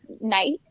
night